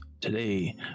Today